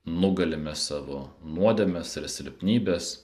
nugalime savo nuodėmes ir silpnybes